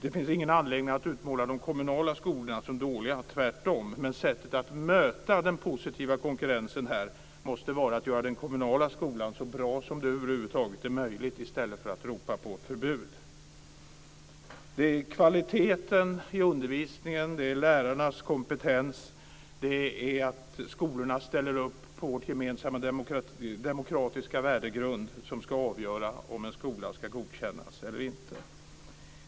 Det finns ingen anledning att utmåla de kommunala skolorna som dåliga - tvärtom. Men sättet att möta den positiva konkurrensen här måste vara att göra den kommunala skolan så bra som det över huvud taget är möjligt i stället för att ropa på förbud. Det är kvaliteten i undervisningen, lärarnas kompetens och att skolorna ställer upp på den gemensamma demokratiska värdegrunden som ska avgöra om en skola ska godkännas eller inte.